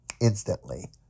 instantly